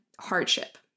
hardship